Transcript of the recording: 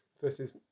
versus